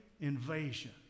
invasion